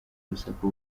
urusaku